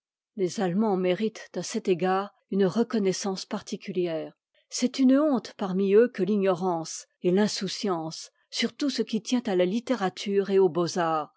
les allemands méritent à cet égard une reconnaissance particulière c'est une honte parmi eux que l'ignorance et l'insouciance sur tout ce qui tient à la littérature et aux beaux